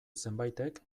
zenbaitek